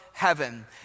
heaven